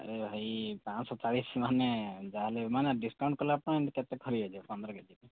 ଆରେ ଭାଇ ପାଞ୍ଚ ଶହ ଚାଳିଶି ମାନେ ଯାହା ହେଲେ ମାନେ ଡିସ୍କାଉଣ୍ଟ କଲା ପାଇଁ କେତେ କରିବେଯେ ପନ୍ଦର କେଜିକୁ